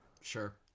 Sure